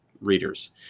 readers